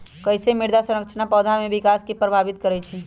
कईसे मृदा संरचना पौधा में विकास के प्रभावित करई छई?